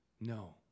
No